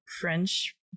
French